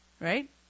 right